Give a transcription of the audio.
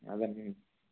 అలాగే